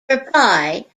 reply